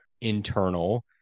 internal